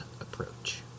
approach